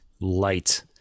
light